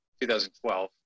2012